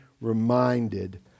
reminded